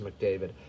McDavid